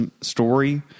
story